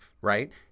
right